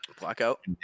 Blackout